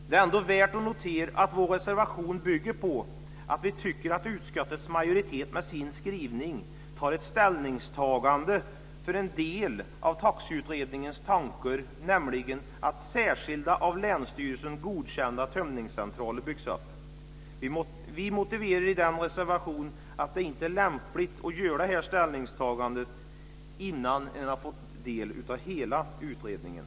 Det är ändå värt att notera att vår reservation bygger på att vi tycker att utskottets majoritet med sin skrivning gör ett ställningstagande för en del av Taxiutredningens tankar, nämligen att särskilda av länsstyrelserna godkända tömningscentraler byggs upp. Vi motiverar i den reservationen att det inte är lämpligt att göra detta ställningstagande innan man har fått ta del av hela utredningen.